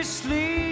sleep